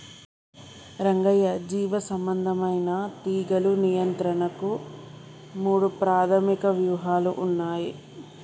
రంగయ్య జీవసంబంధమైన తీగలు నియంత్రణకు మూడు ప్రాధమిక వ్యూహాలు ఉన్నయి